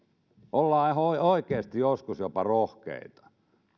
ollaan ihan oikeasti joskus jopa rohkeita